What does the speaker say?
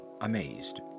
amazed